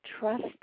Trust